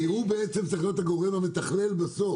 היא נמרחת עם זה.